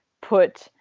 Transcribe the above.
put